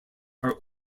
are